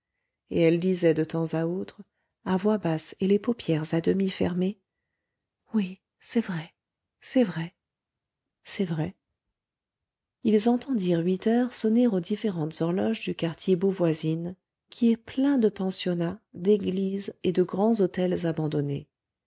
et elle disait de temps à autre à voix basse et les paupières à demi fermées oui c'est vrai c'est vrai c'est vrai ils entendirent huit heures sonner aux différentes horloges du quartier beauvoisine qui est plein de pensionnats d'églises et de grands hôtels abandonnés